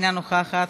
אינה נוכחת,